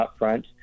upfront